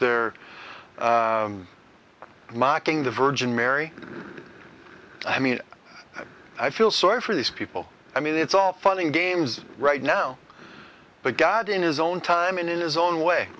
they're mocking the virgin mary i mean i feel sorry for these people i mean it's all fun and games right now but god in his own time and in his own way